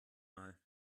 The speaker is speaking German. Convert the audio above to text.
mal